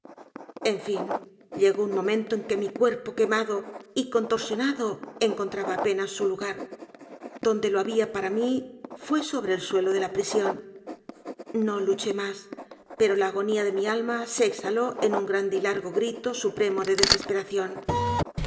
en fin llegó u n momento en que mi cuerpo quemado y contorsionado encontraba apenas su lugar donde lo había p a r a mí fué sobre el suelo de la prisión no luché más pero la agonía de mi alma se exhaló en un g r a n d e y largo grito supremo de desesperación